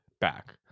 back